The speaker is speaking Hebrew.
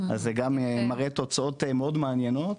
זה גם מראה תוצאות מאוד מעניינות.